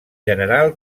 general